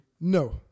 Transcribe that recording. No